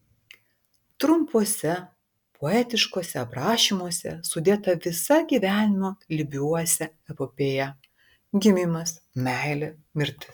trumpuose poetiškuose aprašymuose sudėta visa gyvenimo lybiuose epopėja gimimas meilė mirtis